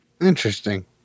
Interesting